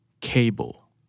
Cable